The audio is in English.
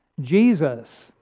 Jesus